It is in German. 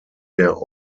der